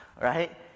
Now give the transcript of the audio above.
right